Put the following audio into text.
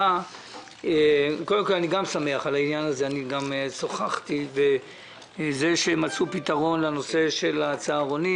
אני שמח שמצאו פתרון לנושא של הצהרונים,